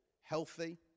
healthy